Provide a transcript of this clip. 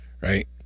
right